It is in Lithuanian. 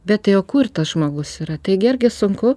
bet tai o kur tas žmogus yra taigi argi sunku